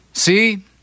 See